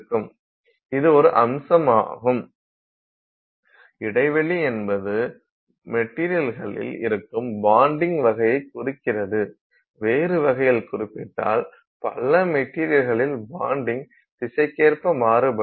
இது ஒரு அம்சமாகும் இடைவெளி என்பது மெட்டீரியல்களில் இருக்கும் பான்டிங் வகையை குறிக்கிறது வேறு வகையில் குறிப்பிட்டால் பல மெட்டீரியல்களில் பான்டிங் திசைக்கேற்ப மாறுபடும்